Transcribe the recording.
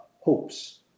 hopes